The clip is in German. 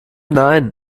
nein